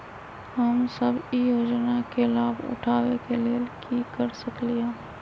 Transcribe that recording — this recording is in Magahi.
हम सब ई योजना के लाभ उठावे के लेल की कर सकलि ह?